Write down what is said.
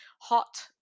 hot